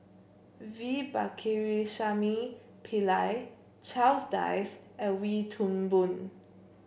V Pakirisamy Pillai Charles Dyce and Wee Toon Boon